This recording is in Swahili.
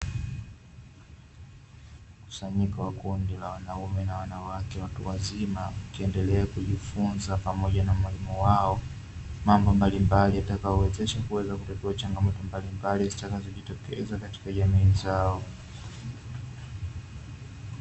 mkusanyiko wa kundi la wanaume na wanawake watu wazima wakiendelea kujifunza pamoja na mwalimu wao, mambo mbalimbali yatakayowezesha kuweza kutatua changamoto mbalimbali zitakazojitokeza katika jamii zao.